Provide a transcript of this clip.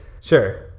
Sure